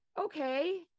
okay